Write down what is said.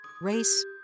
race